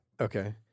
Okay